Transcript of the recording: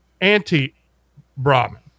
anti-Brahmin